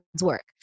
work